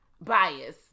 bias